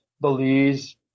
Belize